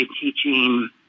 teaching